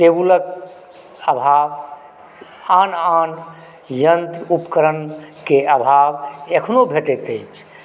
टेबुलके अभाव आन आन यंत्र उपकरणके अभाव अखनो भेटैत अछि